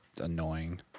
annoying